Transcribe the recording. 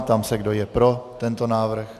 Ptám se, kdo je pro tento návrh.